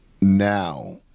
now